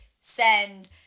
send